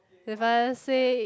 the father say